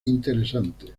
interesantes